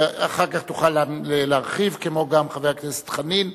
אחר כך תוכל להרחיב, כמו גם חבר הכנסת חנין.